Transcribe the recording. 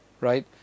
Right